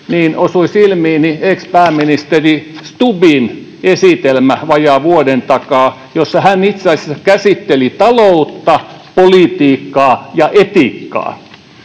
niin osui silmiini ex-pääministeri Stubbin esitelmä vajaan vuoden takaa, jossa hän itse asiassa käsitteli taloutta, politiikkaa ja etiikkaa.